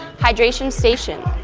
hydration station.